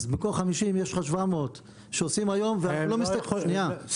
אז במקום 50 יש לך 700 שעושים היום ואנחנו לא מסתכלים --- סליחה,